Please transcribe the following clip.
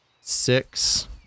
Six